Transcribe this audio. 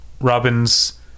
Robin's